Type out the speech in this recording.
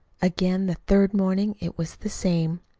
again the third morning it was the same.